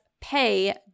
pay